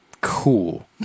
cool